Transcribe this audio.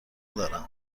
دارم